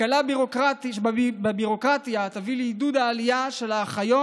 הקלה בביורוקרטיה תביא לעידוד העלייה של אחיות,